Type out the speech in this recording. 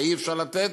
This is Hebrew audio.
מה אי-אפשר לתת,